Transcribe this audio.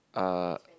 uh